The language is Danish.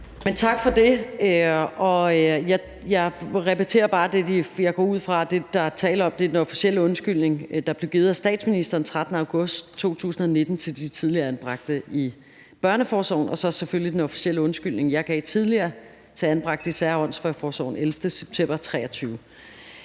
Tak for det. Jeg repeterer bare det, jeg går ud fra at der er tale om, nemlig den officielle undskyldning, der blev givet af statsministeren den 13. august 2019 til de tidligere anbragte i børneforsorgen, og så selvfølgelig den officielle undskyldning, jeg gav tidligere til anbragte i sær- og åndssvageforsorgen den 11. september 2023.